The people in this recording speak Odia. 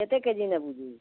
କେତେ କେ ଜି ନେବୁ ଯେ